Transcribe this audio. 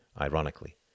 ironically